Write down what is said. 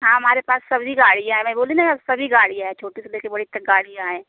हाँ हमारे पास सभी गाड़ियाँ हैं मैं बोली ना सभी गड़ियाँ हैं छोटी से ले कर बड़ी तक गाड़ियाँ हैं